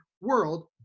World